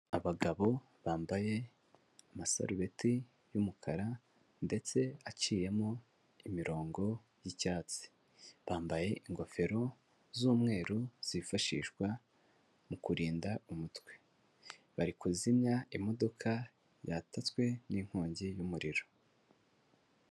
Abagabo bambaye amasarubeti y'umukara ndetse aciyemo imirongo y'icyatsi, bambaye ingofero z'umweru, zifashishwa mu kurinda umutwe, bari kuzimya imodoka yatatswe n'inkongi y'umuriro.